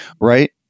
right